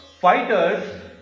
fighters